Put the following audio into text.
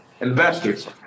investors